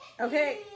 Okay